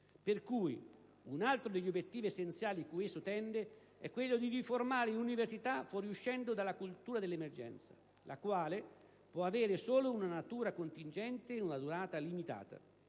Un altro degli obiettivi essenziali cui esso tende è quello di riformare l'università fuoriuscendo dalla cultura dell'emergenza, la quale può avere solo una natura contingente e una durata limitata,